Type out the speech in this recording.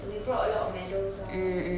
and we brought a lot of medals ah